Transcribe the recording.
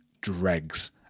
dregs